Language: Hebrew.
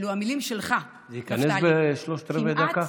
אלה המילים שלך, נפתלי, זה ייכנס בשלושת רבעי דקה?